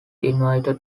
invited